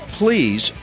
please